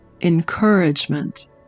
encouragement